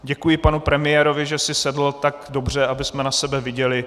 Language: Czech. Děkuji panu premiérovi, že si sedl tak dobře, abychom na sebe viděli.